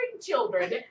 children